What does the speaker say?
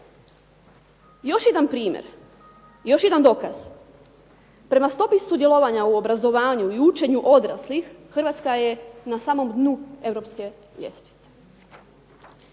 Još jedan primjer, još jedan dokaz. Prema stopi sudjelovanja u obrazovanju i učenju odraslih Hrvatska je na samom dnu europske ljestvice.